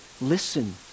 listen